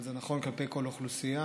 אבל זה נכון כלפי כל אוכלוסייה.